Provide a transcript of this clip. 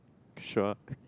sure